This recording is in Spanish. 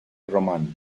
román